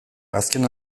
azken